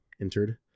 entered